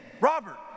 Robert